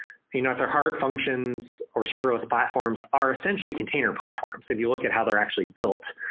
you know at their heart, functions or serverless platforms, are essentially container platforms. if you look at how they're actually built,